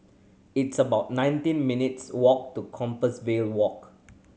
it's about nineteen minutes' walk to Compassvale Walk